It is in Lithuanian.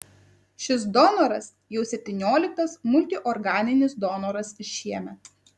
šis donoras jau septynioliktas multiorganinis donoras šiemet